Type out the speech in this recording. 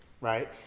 right